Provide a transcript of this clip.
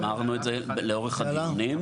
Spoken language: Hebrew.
אמרנו את זה לאורך הדיונים.